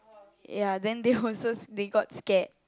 ya then they also they got scared